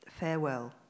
Farewell